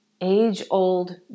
age-old